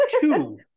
two